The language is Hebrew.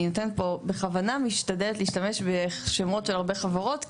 אני אתן פה בכוונה משתדלת להשתמש בשמות של הרבה חברות,